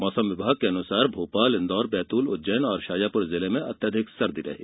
मौसम विभाग के अनुसार भोपाल इंदौर बैतूल उज्जैन और शाजापुर जिले में अत्यधिक सर्दी रही